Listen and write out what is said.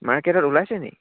মাৰ্কেটত ওলাইছে নেকি